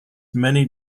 many